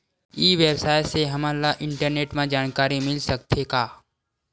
ई व्यवसाय से हमन ला इंटरनेट मा जानकारी मिल सकथे का?